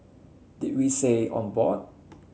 did we say on board